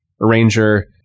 arranger